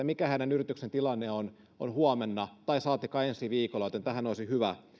mikä heidän yrityksensä tilanne on on huomenna tai saatikka ensi viikolla joten tähän olisi hyvä